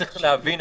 צריך להבין,